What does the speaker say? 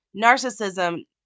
narcissism